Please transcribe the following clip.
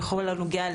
ובכל הנוגע,